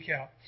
out